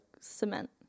cement